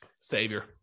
Savior